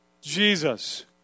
Jesus